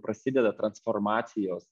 prasideda transformacijos